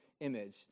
image